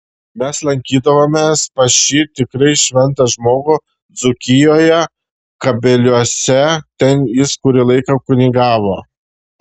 mes lankydavomės pas šį tikrai šventą žmogų dzūkijoje kabeliuose ten jis kurį laiką kunigavo